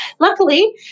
Luckily